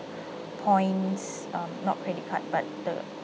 points um not credit card but the